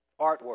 artwork